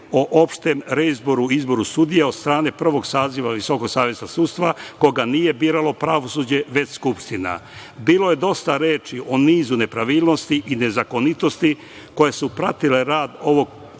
o opštem reizboru i izboru sudija od strane prvog saziva Visokog saveta sudstva, koga nije biralo pravosuđe već Skupština. Bilo je dosta reči o nizu nepravilnosti i nezakonitosti koje su pratile rad ovog